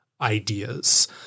ideas